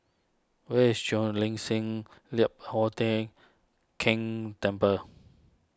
where is Cheo Lim Chin Lian Hup Keng Temple